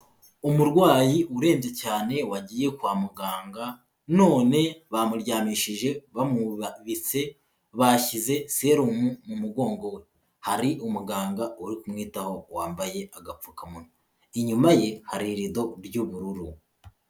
Umurwayi urembye cyane wagiye kwa muganga none bamuryamishije bamwubaritse. Bashyize serumu mu mugongo. Hari umuganga urikumwitaho wambaye agapfukamunwa. Inyuma ye hari irido ry'ubururu.